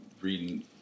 reading –